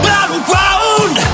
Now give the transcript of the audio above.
Battleground